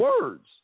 words